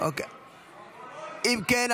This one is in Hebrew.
אם כן,